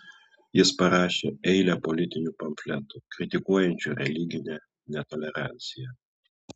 jis parašė eilę politinių pamfletų kritikuojančių religinę netoleranciją